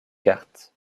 cartes